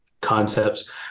concepts